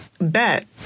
bet